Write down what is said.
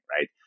right